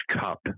cup